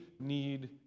need